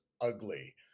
ugly